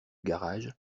garage